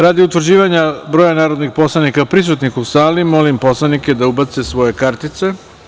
Radi utvrđivanja broja narodnih poslanika prisutnih u sali, molim sve da ubace kartice.